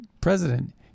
president